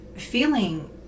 feeling